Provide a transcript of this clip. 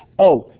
oh!